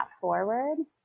forward